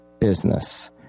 business